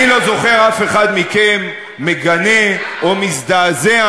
אני לא זוכר אף אחד מכם מגנה או מזדעזע,